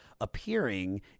appearing